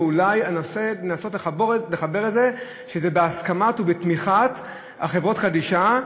ואולי אנסה לחבר את זה שזה בהסכמת ובתמיכת החברות קדישא,